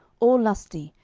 all lusty,